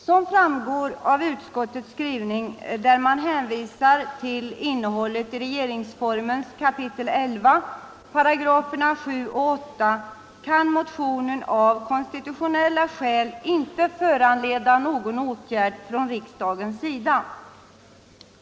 Som framgår av utskottets skrivning, där man hänvisar till innehållet i regeringsformen, kap. 11, 7 och 8 §§, kan motionen av konstitutionella skäl inte föranleda någon åtgärd från riksdagens sida.